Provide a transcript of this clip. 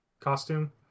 costume